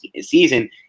season